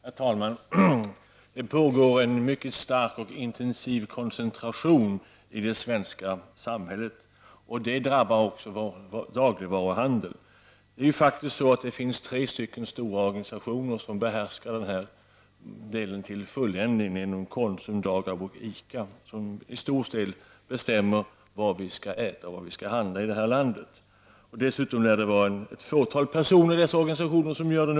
Herr talman! Det pågår en mycket stark och intensiv koncentration i det svenska samhället. Detta drabbar också dagligvaruhandeln. Det finns tre stora organisationer som behärskar den här delen till fulländning, nämligen Konsum, Dagab och ICA, som till stor del bestämmer vad vi skall äta och handla i det här landet. Dessutom lär det vara ett fåtal personer i dessa organisationer som bestämmer detta.